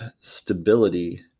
stability